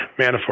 Manafort